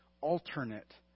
alternate